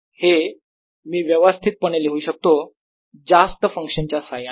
हे मी व्यवस्थितपणे लिहू शकतो जास्त फंक्शन च्या साह्याने